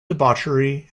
debauchery